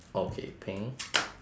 okay pink